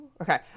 Okay